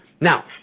Now